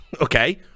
Okay